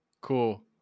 Cool